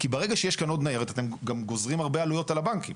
כי ברגע שיש כאן עוד ניירת אתם גם גוזרים הרבה עלויות על הבנקים.